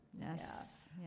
Yes